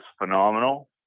phenomenal